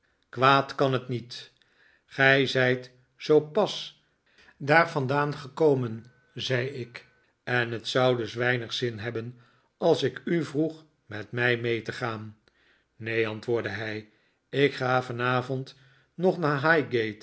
kwaad kan het niet gij zijt zoo pas daar vandaan gekomen zei ik en het zou dus weinig zin hebben als ik u vroeg met mij mee te gaan neen antwoordde hij ik ga vanavond